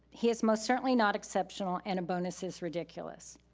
he is most certainly not exceptional and a bonus is ridiculous.